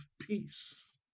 peace